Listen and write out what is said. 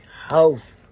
house